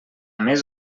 més